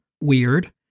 weird